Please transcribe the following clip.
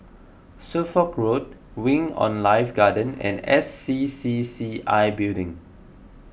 Suffolk Road Wing on Life Garden and S C C C I Building